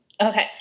Okay